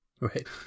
Right